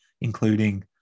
including